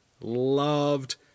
loved